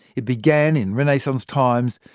it began in renaissance times,